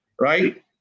right